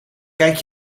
kijk